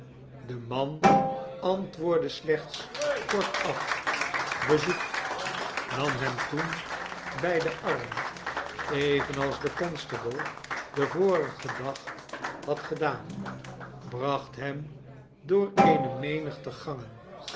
de man antwoordde slechts kortaf bezoek nam hem toen bij den arm evenals de constable den vorigen dag had gedaan bracjtt hem door eene menigte gangen